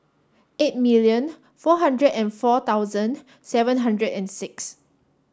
eight million four hundred and four thousand seven hundred and six